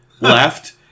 left